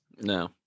No